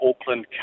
Auckland